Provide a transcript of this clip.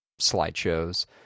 slideshows